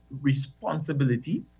responsibility